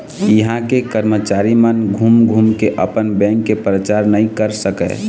इहां के करमचारी मन घूम घूम के अपन बेंक के परचार नइ कर सकय